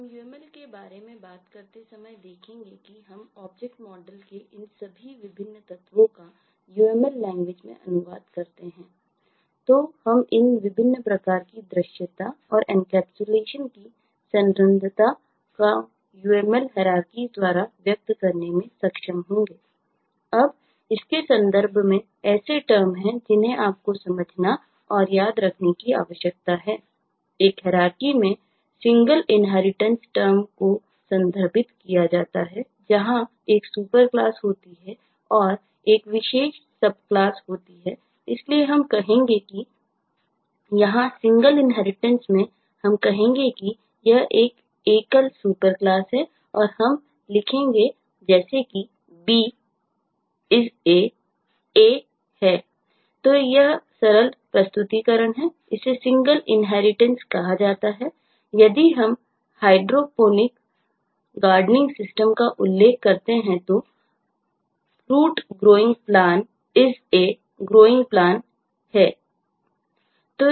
हम UML के बारे में बात करते समय देखेंगे कि हम ऑब्जेक्ट मॉडल के इन सभी विभिन्न तत्वों का UML लैंग्वेज टर्म को संदर्भित किया जाता है जहां एक सुपर क्लास होती है और एक विशेष सब क्लास होती है इसलिए हम कहेंगे यहाँ सिंगल इन्हेरिटेंस का उल्लेख करते हैं तो FruitGrowingPlan IS A GrowingPlan है